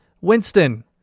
Winston